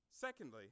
Secondly